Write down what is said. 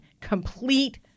complete